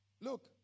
Look